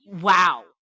wow